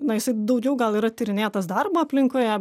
na jisai daugiau gal yra tyrinėtas darbo aplinkoje